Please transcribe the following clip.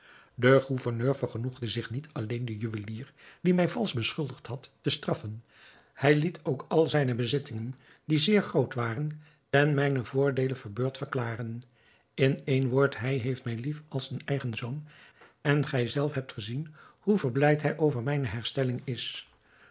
de gouverneur vergenoegde zich niet alleen den juwelier die mij valsch beschuldigd had te straffen hij liet ook al zijne bezittingen die zeer groot waren ten mijnen voordeele verbeurd verklaren in één woord hij heeft mij lief als een eigen zoon en gij zelf hebt gezien hoe verblijd hij over mijne herstelling is